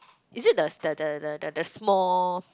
is it the the the the the small